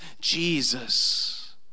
Jesus